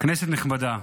כנסת נכבדה,